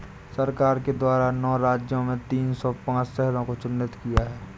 सरकार के द्वारा नौ राज्य में तीन सौ पांच शहरों को चिह्नित किया है